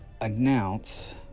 announce